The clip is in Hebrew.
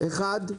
האחד,